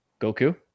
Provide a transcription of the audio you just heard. Goku